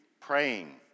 praying